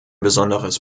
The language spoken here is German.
besonderes